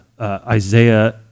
Isaiah